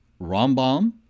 Rambam